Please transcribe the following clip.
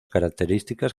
características